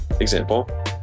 example